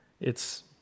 It's-